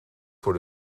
voor